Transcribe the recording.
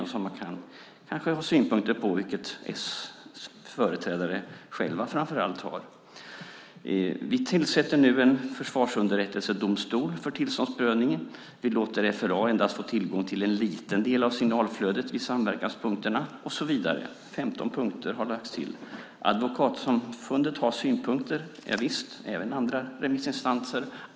Den kan man kanske ha synpunkter på, vilket Socialdemokraternas företrädare själva framför allt har. Vi tillsätter nu en försvarsunderrättelsedomstol för tillståndsprövningen, vi låter FRA få tillgång till endast en liten del av signalflödet i samverkanspunkterna och så vidare. Det är 15 punkter som har lagts till. Visst har Advokatsamfundet haft synpunkter. Det har även andra remissinstanser.